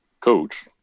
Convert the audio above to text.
coach